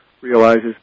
realizes